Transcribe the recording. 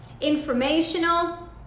informational